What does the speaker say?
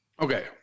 Okay